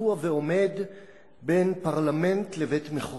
קבוע ועומד בין פרלמנט לבית-מחוקקים,